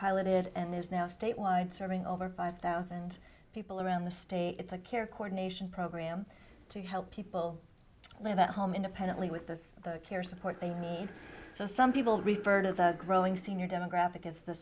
piloted and is now statewide serving over five thousand people around the state to care coordination program to help people live at home independently with those care support some people refer to the growing senior demographic as the